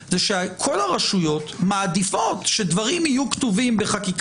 זה שהמשטרה לא עשתה את המאמצים זו ביקורת מוצדקת